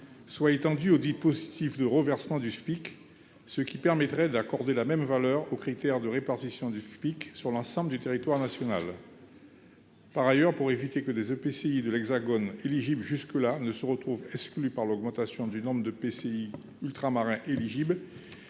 soit étendue aux dispositif de renversement du SMIC, ce qui permettrait d'accorder la même valeur aux critères de répartition du FPIC sur l'ensemble du territoire national. Par ailleurs, pour éviter que des EPCI de l'Hexagone éligible jusque-là ne se retrouvent exclues par l'augmentation du nombre de PCI ultramarins éligible,